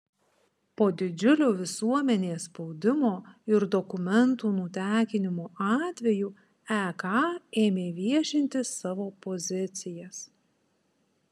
po didžiulio visuomenės spaudimo ir dokumentų nutekinimo atvejų ek ėmė viešinti savo pozicijas